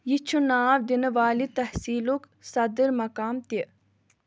یہِ چھُ ناو دِنہٕ والہِ تحصیٖلُک صدٕر مقام تہِ